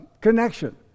connection